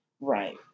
Right